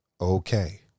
okay